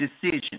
decision